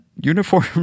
uniform